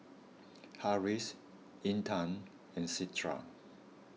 Harris Intan and Citra